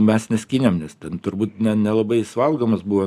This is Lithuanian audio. mes neskynėm nes ten turbūt ne nelabai jis valgomas buvo